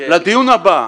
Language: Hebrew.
לדיון הבא,